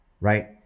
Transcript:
Right